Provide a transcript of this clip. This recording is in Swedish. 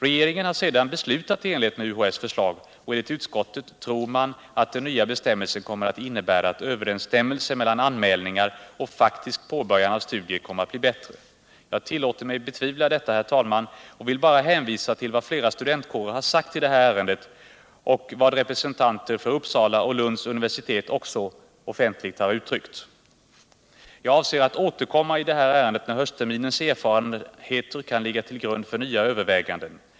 Regeringen har sedan beslutat i enlighet med UHÄ:s förslag, och enligt utskottet tror man att den nya bestämmelsen kommer att innebära att överensstämmelsen mellan anmälningar och faktisk påbörjan av studier kommer att bli bättre. Jag tillåter mig att betvivla detta, herr talman, och vill bara hänvisa till vad flera studentkårer har sagt i det här ärendet och vad representanter för Uppsala och Lunds universitet också offentligt har uttryckt. Jag avser att återkomma i det här ärendet när höstterminens erfarenheter kan ligga till grund för nya överväganden.